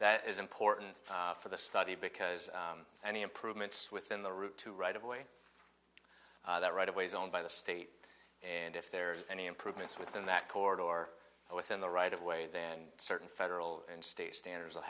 that is important for the study because any improvements within the route to right away that right away is owned by the state and if there are any improvements within that corridor or within the right of way then certain federal and state standards will